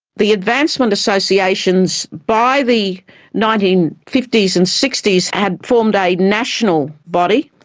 the advancement associations by the nineteen fifty s and sixty s had formed a national body,